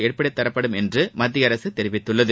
ஏற்படுத்தித் தரப்படும் என்று மத்திய அரசு தெரிவித்துள்ளது